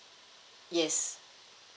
yes